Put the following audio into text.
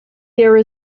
there